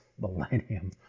Millennium